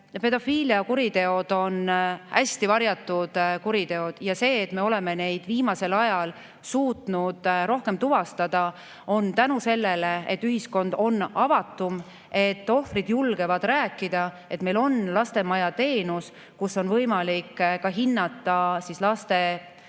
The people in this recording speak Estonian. Pedofiiliakuriteod on hästi varjatud kuriteod ja see, et me oleme neid viimasel ajal suutnud rohkem tuvastada, on tänu sellele, et ühiskond on avatum, ohvrid julgevad rääkida ja meil on lastemaja teenus. [Seal] on võimalik hinnata lastele